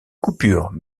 coupure